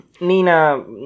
Nina